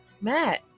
Matt